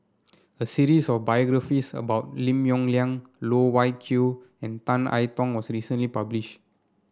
a series of biographies about Lim Yong Liang Loh Wai Kiew and Tan I Tong was recently published